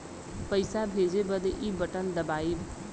पइसा भेजे बदे ई बटन दबाई